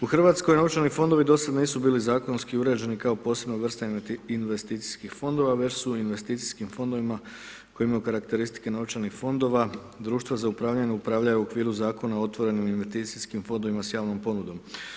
U RH novčani fondovi do sada nisu bili zakonski uređeni kao posebna vrsta investicijskih fondova, već su investicijskim fondovima koje imaju karakteristike novčanih fondova, društva za upravljanje upravljaju u okviru Zakona o otvorenim investicijskim fondovima s javnom ponudom.